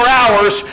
hours